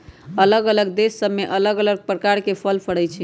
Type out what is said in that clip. अल्लग अल्लग देश सभ में अल्लग अल्लग प्रकार के फल फरइ छइ